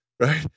Right